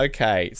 Okay